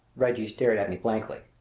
reggie stared at me blankly.